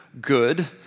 good